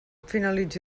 finalitzi